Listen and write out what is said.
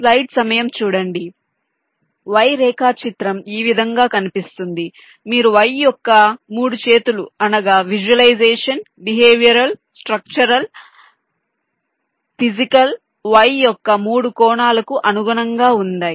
Y రేఖాచిత్రం ఈ విధంగా కనిపిస్తుంది మీరు Y యొక్క 3 చేతులు అనగా visualisation behavioural structural physical Y యొక్క 3 కోణాలకు అనుగుణంగా ఉంటాయి